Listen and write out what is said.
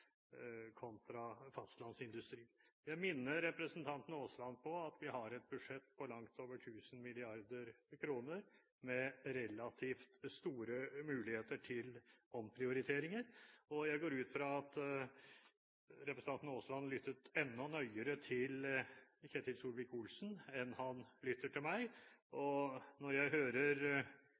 Jeg minner representanten Aasland på at vi har et budsjett på langt over 1 000 mrd. kr, med relativt store muligheter til omprioriteringer, og jeg går ut fra at representanten Aasland lyttet enda nøyere til Ketil Solvik-Olsen enn han lytter til meg. Når jeg hører